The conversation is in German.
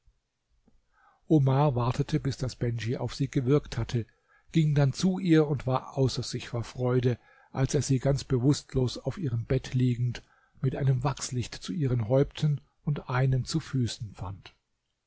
omar wartete bis das bendj auf sie gewirkt hatte ging dann zu ihr und war außer sich vor freude als er sie ganz bewußtlos auf ihrem bett liegend mit einem wachslicht zu ihren häupten und einem zu füßen fand